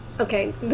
Okay